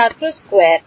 ছাত্র স্কয়ার